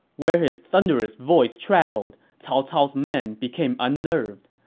where his thunderous voice traveled, cao cao's men became unnerved.